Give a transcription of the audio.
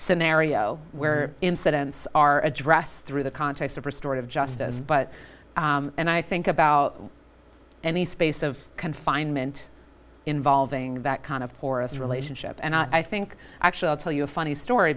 scenario where incidents are addressed through the context of restorative justice but and i think about any space of confinement involving that kind of porous relationship and i think actually tell you a funny story